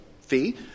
fee